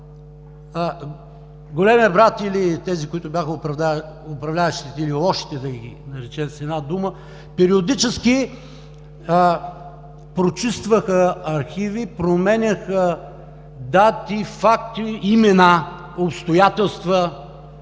големият брат или тези, които бяха управляващи, или „лошите“ – да ги наречем с една дума, периодически прочистваха архиви, променяха дати, факти, имена, обстоятелства,